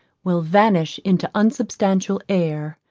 will vanish into unsubstantial air,